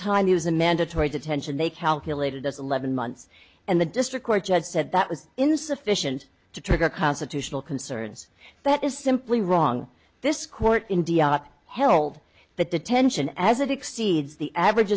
time it was a mandatory detention they calculated us eleven months and the district court judge said that was insufficient to trigger constitutional concerns that is simply wrong this court indiana held that detention as it exceeds the average